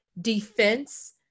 defense